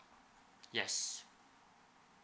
yes